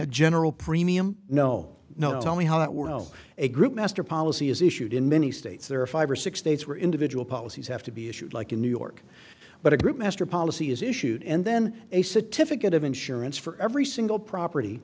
a general premium no no it's only hot well a group master policy is issued in many states there are five or six states where individual policies have to be issued like in new york but a group master policy is issued and then a certificate of insurance for every single property